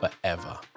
forever